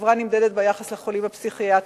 החברה נמדדת ביחס לחולים הפסיכיאטריים,